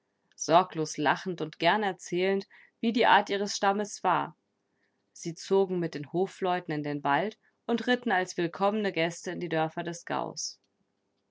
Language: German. sorglos lachend und gern erzählend wie die art ihres stammes war sie zogen mit den hofleuten in den wald und ritten als willkommene gäste in die dörfer des gaues